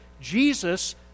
Jesus